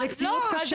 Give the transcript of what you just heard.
המציאות קשה.